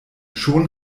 schon